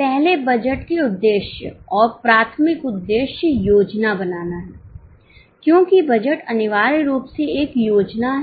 पहले बजट के उद्देश्य और प्राथमिक उद्देश्य योजना बनाना है क्योंकि बजट अनिवार्य रूप से एक योजना हैं